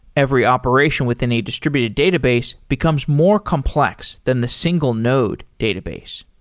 every operation within a distributed database becomes more complex than the single node database.